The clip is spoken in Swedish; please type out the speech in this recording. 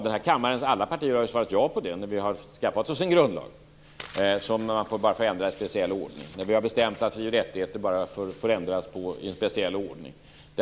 Den här kammarens alla partier har ju svarat ja på den frågan i och med att vi har stiftat en grundlag som bara kan ändras i en speciell ordning. Vi har bestämt att fri och rättigheter bara får ändras i en speciell ordning.